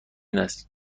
است